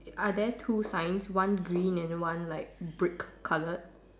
are there two signs one green and one like brick colored